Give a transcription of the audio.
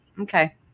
Okay